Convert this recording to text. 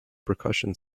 percussion